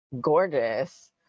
gorgeous